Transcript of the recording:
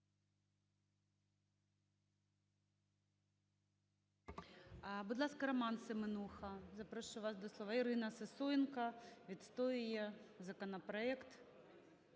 Будь ласка, Роман Семенуха, запрошую вас до слова. Ірина Сисоєнко відстоює законопроект.